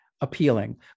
appealing